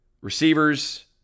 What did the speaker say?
Receivers